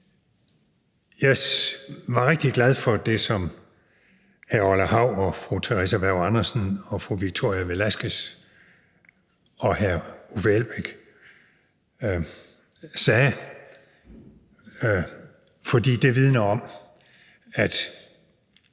Jeg var rigtig glad for det, som hr. Orla Hav og fru Theresa Berg Andersen og fru Victoria Velasquez og hr. Uffe Elbæk sagde, for det vidner om, at